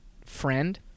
friend